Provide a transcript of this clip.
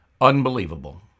Unbelievable